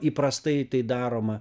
įprastai tai daroma